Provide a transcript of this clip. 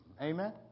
Amen